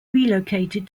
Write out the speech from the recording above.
relocated